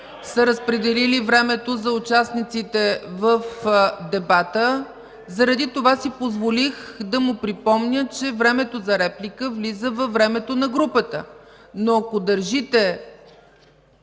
са разпределили времето за участниците в дебата, заради това си позволих да му припомня, че времето за реплика влиза във времето на групата. Но ако държите,